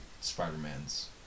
spider-man's